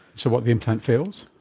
so what, the implant fails?